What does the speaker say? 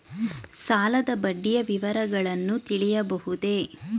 ಸಾಲದ ಬಡ್ಡಿಯ ವಿವರಗಳನ್ನು ತಿಳಿಯಬಹುದೇ?